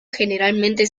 generalmente